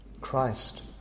Christ